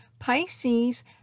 Pisces